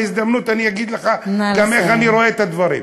בהזדמנות אני אגיד לך גם איך אני רואה את הדברים.